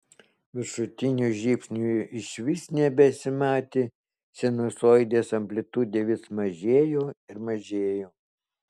viršutinių žybsnių išvis nebesimatė sinusoidės amplitudė vis mažėjo ir mažėjo